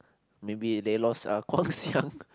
maybe they lost uh Guang-Xiang